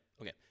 Okay